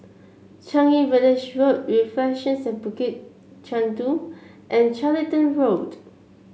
Changi Village Road Reflections at Bukit Chandu and Charlton Road